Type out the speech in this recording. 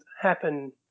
happen